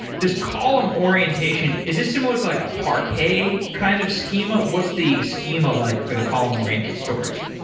this column orientation is this similar to like a parquet kind of schema? what's the schema like for the column-oriented storage?